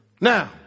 Now